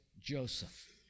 Joseph